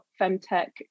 femtech